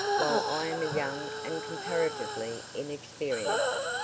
while i am young and comparatively inexperienced.